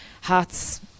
hats